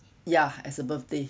ya as a birthday